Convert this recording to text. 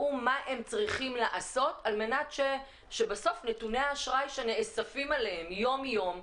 מה צריך לעשות על מנת שבסוף נתוני האשראי שנאספים עליהם יום יום,